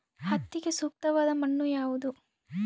ಹತ್ತಿಗೆ ಸೂಕ್ತವಾದ ಮಣ್ಣು ಯಾವುದು?